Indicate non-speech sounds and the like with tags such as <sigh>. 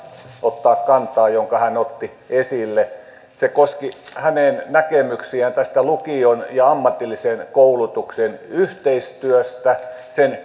jonka hän otti esille se koski hänen näkemyksiään tästä lukion ja ammatillisen koulutuksen yhteistyöstä sen <unintelligible>